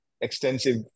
extensive